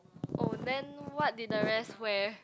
oh then what did the rest wear